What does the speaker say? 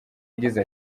yagize